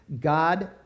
God